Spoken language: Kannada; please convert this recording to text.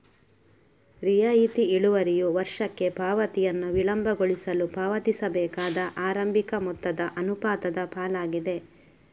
ರಿಯಾಯಿತಿ ಇಳುವರಿಯು ವರ್ಷಕ್ಕೆ ಪಾವತಿಯನ್ನು ವಿಳಂಬಗೊಳಿಸಲು ಪಾವತಿಸಬೇಕಾದ ಆರಂಭಿಕ ಮೊತ್ತದ ಅನುಪಾತದ ಪಾಲಾಗಿದೆ